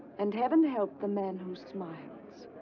and heaven help the man who smiles.